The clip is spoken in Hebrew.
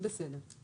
בסדר.